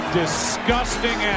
disgusting